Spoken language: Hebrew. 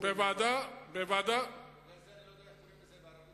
בגלל זה אני לא יודע איך קוראים לזה בערבית.